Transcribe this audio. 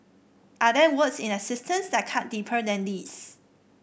are there words in existence that cut deeper than these